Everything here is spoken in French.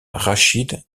rachid